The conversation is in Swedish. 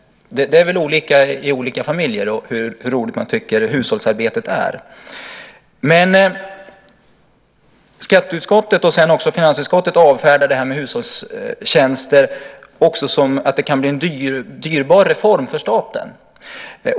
Det är väl olika i olika familjer hur roligt man tycker att hushållsarbetet är. Skatteutskottet och sedan också finansutskottet har avfärdat det här med hushållstjänster med att det kan bli en dyrbar reform för staten.